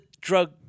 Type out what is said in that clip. drug